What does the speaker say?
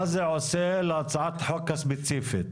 מה זה עושה להצעת החוק הספציפית?